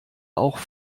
auch